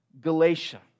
Galatia